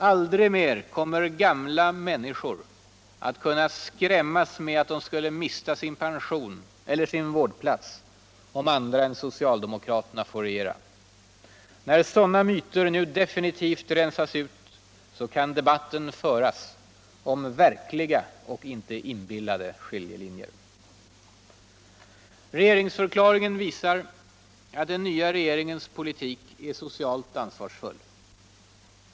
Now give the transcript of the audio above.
Aldrig mer kommer gamla människor att kunna skrämmas med att de skulle mista sin pension eller sin vårdplats om andra än socialdemokraterna får regera. När sådana myter nu definivivt rensas ut kan debatten föras om verkliga och inte inbillade skiljelinier. Regeringsförklaringen visar att den nva regeringens politik är socialt ansvarsfull.